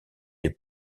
les